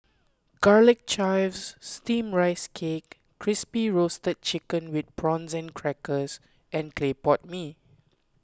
Garlic Chives Steamed Rice Cake Crispy Roasted Chicken with Prawn Crackers and Clay Pot Mee